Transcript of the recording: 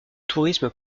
tourisme